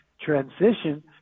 transition